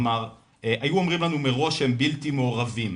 אמר: "היו אומרים לנו מראש שהם בלתי מעורבים".